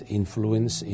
influence